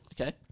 Okay